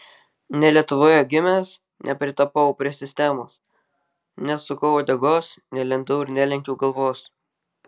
ne lietuvoje gimęs nepritapau prie sistemos nesukau uodegos nelindau ir nelenkiau galvos